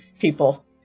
people